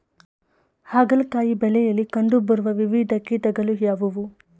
ಹಾಗಲಕಾಯಿ ಬೆಳೆಯಲ್ಲಿ ಕಂಡು ಬರುವ ವಿವಿಧ ಕೀಟಗಳು ಯಾವುವು?